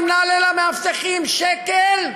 אם נעלה למאבטחים שקל,